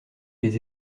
les